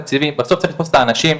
בסוף צריך לתפוס את האנשים,